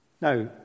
Now